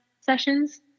sessions